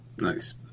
Nice